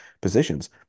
positions